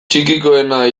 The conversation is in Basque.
txikikoena